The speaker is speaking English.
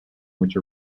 which